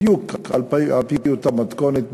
בדיוק על-פי אותה מתכונת,